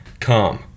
come